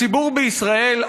הציבור בישראל,